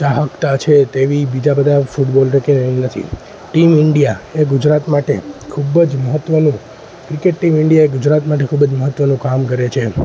ચાહકતા છે તેવી બીજા બધા ફૂટબોલ કે નથી ટીમ ઈન્ડિયા એ ગુજરાત માટે ખૂબ જ મહત્વનું ક્રિકેટ ટીમ ઈન્ડિયા એ ગુજરાત માટે ખૂબ જ મહત્વનું કામ કરે છે